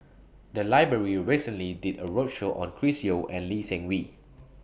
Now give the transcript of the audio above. The Library recently did A roadshow on Chris Yeo and Lee Seng Wee